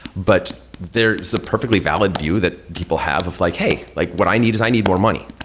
but there is a perfectly valid view that people have of like, hey, like what i need is i need more money.